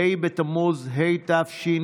ה' בתמוז התשפ"א,